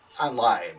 Online